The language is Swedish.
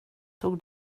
tog